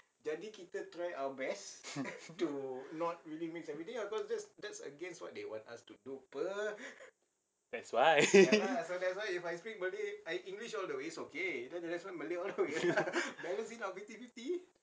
that's why